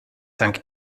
dank